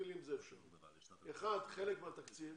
אחת, אין מספיק כסף.